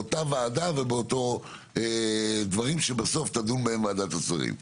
באותה וועדה ובאותם דברים שבסוף תדון בהם וועדת השרים.